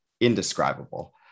indescribable